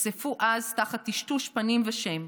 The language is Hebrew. נחשפו אז תחת טשטוש פנים ושם.